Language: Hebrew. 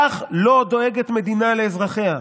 כך לא דואגת מדינה לאזרחיה.